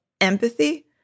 empathy